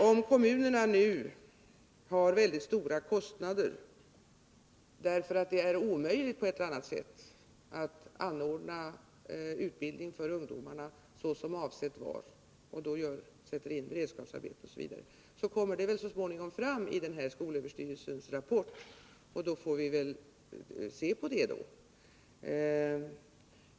Om kommunerna nu har väldigt stora kostnader, därför att det på ett eller annat vis är omöjligt att anordna utbildning för ungdomarna såsom avsett var och då sätter in beredskapsarbete osv., kommer det väl så småningom fram i skolöverstyrelsens rapport, och då får vi se på det.